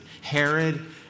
Herod